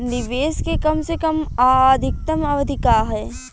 निवेश के कम से कम आ अधिकतम अवधि का है?